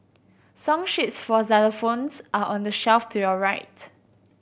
song sheets for xylophones are on the shelf to your right